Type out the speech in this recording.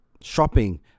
shopping